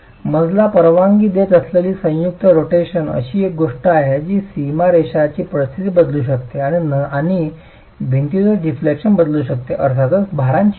मजला परवानगी देत असलेली संयुक्त रोटेशन अशी एक गोष्ट आहे जी सीमारेषाची परिस्थिती बदलू शकते आणि भिंतीतच डिफ्लेक्शन बदलू शकते आणि अर्थातच भारांचे वितरण